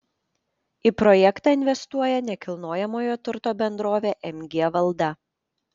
į projektą investuoja nekilnojamojo turto bendrovė mg valda